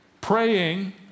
praying